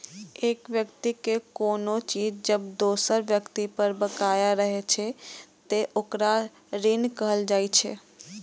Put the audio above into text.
एक व्यक्ति के कोनो चीज जब दोसर व्यक्ति पर बकाया रहै छै, ते ओकरा ऋण कहल जाइ छै